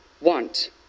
want